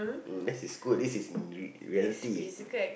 that is school this is reality